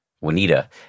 Juanita